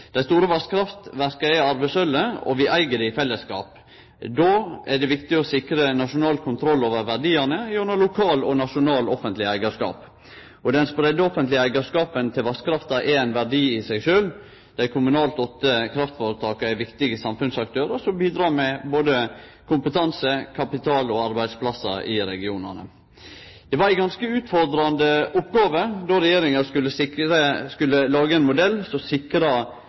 Dei store vasskraftverka er arvesølvet, og vi eig det i fellesskap. Då er det viktig å sikre nasjonal kontroll over verdiane gjennom lokal og nasjonal offentleg eigarskap. Den spreidde offentlege eigarskapen til vasskrafta er ein verdi i seg sjølv. Dei kommunalt åtte kraftføretaka er viktige samfunnsaktørar som bidreg med både kompetanse, kapital og arbeidsplassar i regionane. Det var ei ganske utfordrande oppgåve då regjeringa skulle lage ein modell som